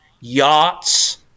yachts